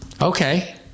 Okay